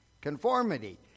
Conformity